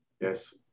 Yes